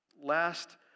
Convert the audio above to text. last